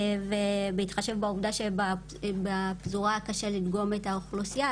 בהתחשב בעובדה שבפזורה קשה לדגום את האוכלוסייה,